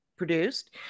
produced